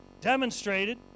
demonstrated